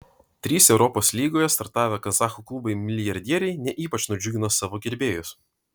trys europos lygoje startavę kazachų klubai milijardieriai ne ypač nudžiugino savo gerbėjus